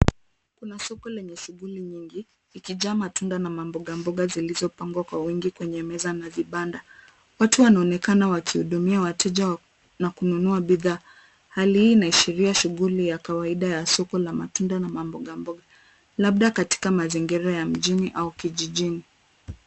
Kuna soko lenye shughuli mingi, likijaa matunda na mamboga mboga zikipangwa kwa wingi kwenye meza na vibanda. Watu wanaonekana wakihudumia wateja na kununua bidhaa. Hali hii inaashiria shughuli la kawaida la soko ya matunda na mboga mboga, labda katika mazingira ya mjini au kijijini. .